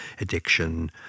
addiction